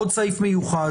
עוד סעיף מיוחד.